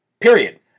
Period